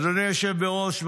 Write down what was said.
אדוני היושב בראש,